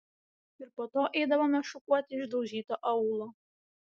ir po to eidavome šukuoti išdaužyto aūlo